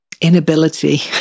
inability